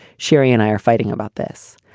sherry and i are fighting about this.